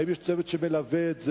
האם יש צוות שמלווה את זה?